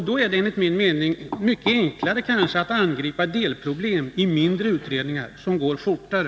Då är det enligt min mening mycket enklare att angripa delproblem i mindre utredningar som går fortare.